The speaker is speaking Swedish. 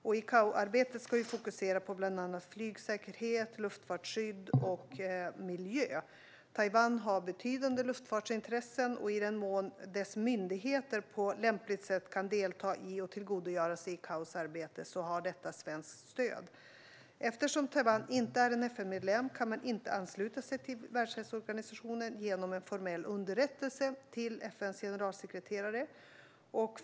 ICAO-arbetet ska fokusera på bland annat flygsäkerhet, luftfartsskydd och miljö. Taiwan har betydande luftfartsintressen, och i den mån dess myndigheter på lämpligt sätt kan få delta i och tillgodogöra sig ICAO:s arbete har detta svenskt stöd. Eftersom Taiwan inte är en FN-medlem kan man inte ansluta sig till Världshälsoorganisationen genom en formell underrättelse till FN:s generalsekreterare.